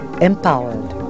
empowered